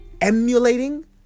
emulating